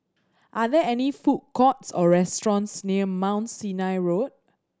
are there any food courts or restaurants near Mount Sinai Road